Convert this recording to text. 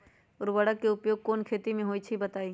उर्वरक के उपयोग कौन कौन खेती मे होई छई बताई?